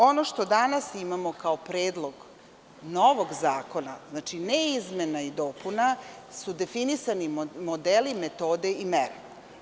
Ono što danas imamo kao Predlog novog zakona, znači, ne izmena i dopuna, su definisani modeli, metode i mere.